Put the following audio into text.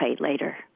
later